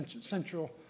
central